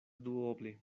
duoble